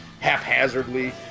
haphazardly